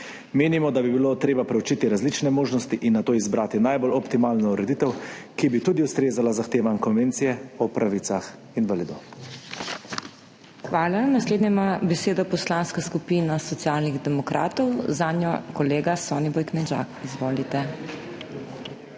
Menimo, da bi bilo treba preučiti različne možnosti in nato izbrati najbolj optimalno ureditev, ki bi tudi ustrezala zahtevam Konvencije o pravicah invalidov. PODPREDSEDNICA MAG. MEIRA HOT: Hvala. Naslednja ima besedo Poslanska skupina Socialnih demokratov, zanjo kolega Soniboj Knežak. Izvolite.